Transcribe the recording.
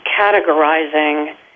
categorizing